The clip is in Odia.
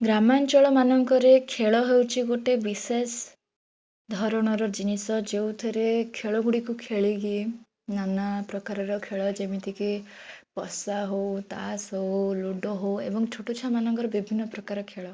ଗ୍ରାମାଞ୍ଚଳ ମାନଙ୍କରେ ଖେଳ ହେଉଛି ଗୋଟେ ବିଶେଷ ଧରଣର ଜିନିଷ ଯେଉଁଥିରେ ଖେଳଗୁଡ଼ିକୁ ଖେଳିକି ନାନା ପ୍ରକାରର ଖେଳ ଯେମିତିକି ପଶା ହେଉ ତାସ୍ ହେଉ ଲୁଡୋ ହେଉ ଏବଂ ଛୋଟ ଛୁଆମାନଙ୍କର ବିଭିନ୍ନ ପ୍ରକାର ଖେଳ